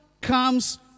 comes